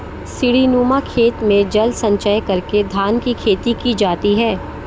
सीढ़ीनुमा खेत में जल संचय करके धान की खेती की जाती है